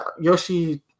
Yoshi